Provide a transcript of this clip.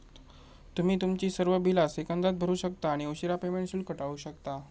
तुम्ही तुमची सर्व बिला सेकंदात भरू शकता आणि उशीरा पेमेंट शुल्क टाळू शकता